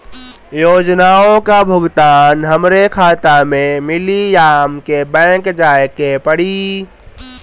योजनाओ का भुगतान हमरे खाता में मिली या हमके बैंक जाये के पड़ी?